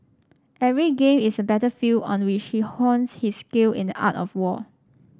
every game is a battlefield on which he hones his skill in the art of war